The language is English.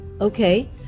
okay